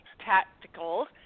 tactical